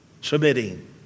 Submitting